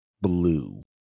blue